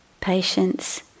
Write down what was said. patience